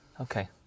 Okay